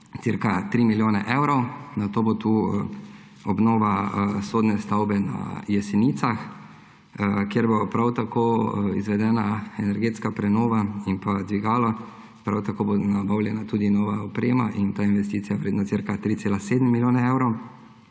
cca 3 milijone evrov, nato bo obnova sodne stavbe na Jesenicah, kjer bo prav tako izvedena energetska prenova in pa dvigala, prav tako bo nabavljena tudi nova oprema in ta investicija bo vredna ca 3,7 milijona evrov.